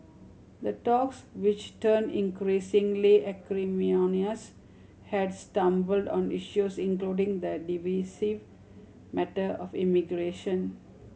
the talks which turned increasingly acrimonious had stumbled on issues including the divisive matter of immigration